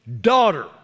daughter